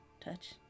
touch